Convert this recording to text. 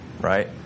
right